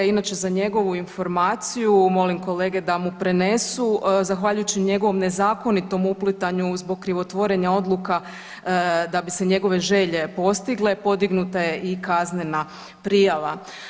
Inače, za njegovu informaciju, molim kolege da mu prenesu, zahvaljujući njegovom nezakonitom uplitanju zbog krivotvorenja odluka da bi se njegove želje postigle, podignuta je i kaznena prijava.